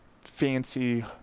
fancy